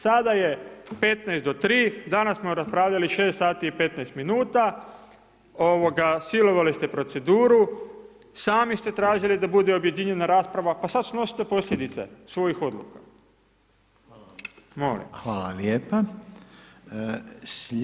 Sada je 15 do tri, danas smo raspravljali 6 sati i 15 minuta, ovoga, silovali ste proceduru, sami ste tražili da bude objedinjena rasprava, pa sad snosite posljedice svojih odluka [[Upadica: Hvala vam lijepa.]] Molim.